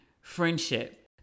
friendship